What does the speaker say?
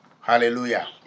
Hallelujah